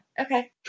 Okay